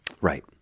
Right